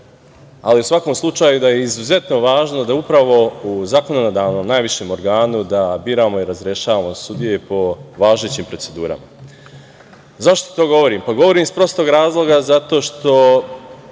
ali u svakom slučaju da je izuzetno važno da upravo u zakonodavnom, najvišem organu, biramo i razrešavamo sudije po važećim procedurama.Zašto to govorim? Govorim iz prostog razloga zato što